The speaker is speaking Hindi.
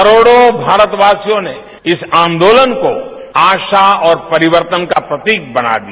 करोड़ो भारतवासियों ने इस आंदोलन को आशा और परिवर्तन का प्रतीक बना दिया